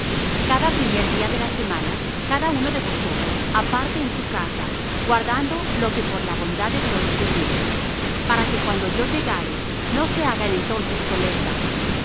cada primer día de la semana cada uno de vosotros aparte en su casa guardando lo que por la bondad de dios pudiere para que cuando yo llegare no se hagan entonces colectas